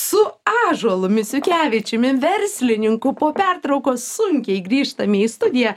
su ąžuolu misiukevičiumi verslininku po pertraukos sunkiai grįžtame į studiją